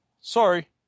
sorry